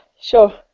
sure